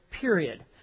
period